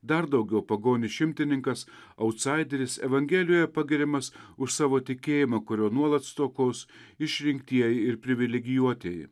dar daugiau pagonis šimtininkas autsaideris evangelijoje pagiriamas už savo tikėjimą kurio nuolat stokos išrinktieji ir privilegijuotieji